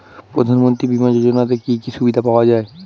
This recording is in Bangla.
প্রধানমন্ত্রী বিমা যোজনাতে কি কি সুবিধা পাওয়া যায়?